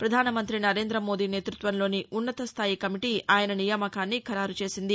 ప్రధానమంతి నరేందమోదీ నేతృత్వంలోని ఉన్నత స్టాయి కమిటీ ఆయన నియామకాన్ని ఖరారు చేసింది